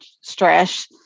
stress